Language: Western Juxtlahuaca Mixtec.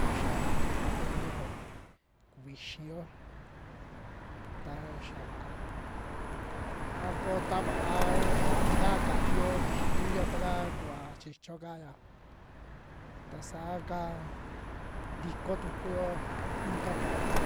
Taxa kuvaa iniyo, kuvixiyo ta xa vaa a koo ta va'a ntakaa kaniio vixi xiniyo takaa kuva chichio kaaya, ta saa ka ntiko tukuyo inka tuku